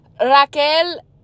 Raquel